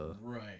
Right